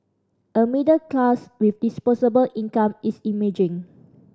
a middle class with disposable income is emerging